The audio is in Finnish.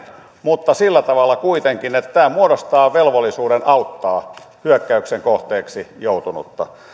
mutta sillä tavalla kuitenkin että tämä muodostaa velvollisuuden auttaa hyökkäyksen kohteeksi joutunutta